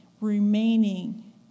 remaining